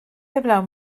heblaw